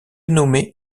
nommé